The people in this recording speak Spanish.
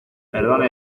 perdone